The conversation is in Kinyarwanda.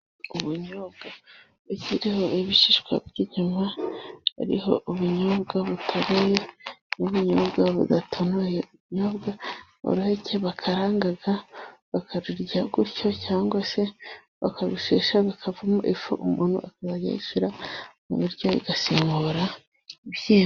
Ubunyobwa bukiriho ibishishwa by'inyuma , hariho ubunyobwa butonoye, n'ubunyobwa budatonoye, ibunyobwa n'uruheke bakaranga bakarurya gutyo, cyangwa se bakarushesha hakavamo ifu, umuntu akajya ayishira mu biryo igasimurara ibishyimbo.